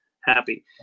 happy